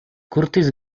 curtis